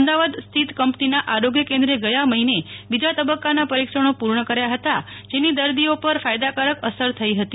અમદાવાદ સ્થિત કંપનીના આરોગ્ય કેન્દ્રે ગયા મહિને બીજા તબક્કાના પરીક્ષણો પુ રાકર્યા હતા જેની દર્દીઓ પર ફાયદાકારક અસર થઇ હતી